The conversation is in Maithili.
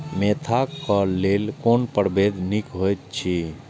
मेंथा क लेल कोन परभेद निक होयत अछि?